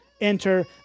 enter